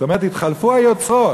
זאת אומרת, התחלפו היוצרות.